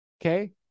Okay